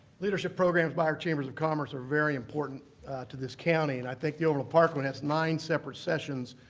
leadership programs by our chambers of commerce are very important to this county, and i think the overland park one has nine separate sessions.